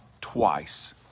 twice